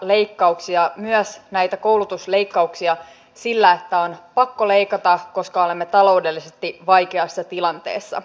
ja sitten hän kysyi millä tavalla muka hallitus on nyt estänyt tämän työmarkkinasopimuksen